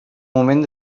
moment